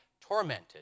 tormented